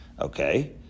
Okay